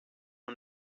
who